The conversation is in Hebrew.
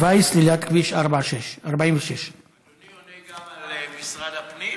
תוואי סלילת כביש 46. אדוני עונה גם על משרד הפנים?